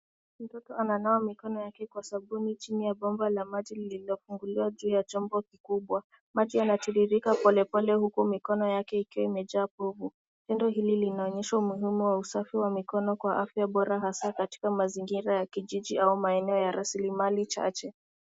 Mtoto ananawa mikono yake kwa sabuni chini ya bomba la maji lililofunguliwa juu ya chombo kikubwa. Maji yanatiririka polepole huku mikono yake ikiwa imejaa povu. Tendo hili linaonyesha umuhimu wa usafi wa mikono kwa afya bora hasa katika mazingira ya kijiji au maeneo ya rasilimali chache.